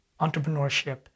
entrepreneurship